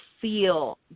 feel